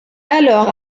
alors